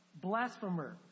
blasphemer